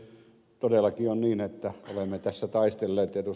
todellakin on niin että olemme tässä taistelleet ed